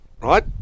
right